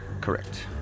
Correct